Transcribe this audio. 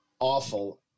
awful